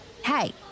Hey